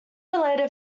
related